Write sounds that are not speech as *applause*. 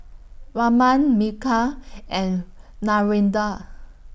Raman Milkha *noise* and Narendra